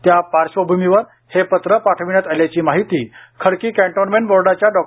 त्या पार्श्वभमीवर हे पत्र पाठविण्यात आल्याची माहिती खडकी कॅन्टोन्मेंट बोर्डाच्या डॉ